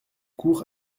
cours